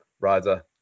rider